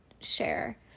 share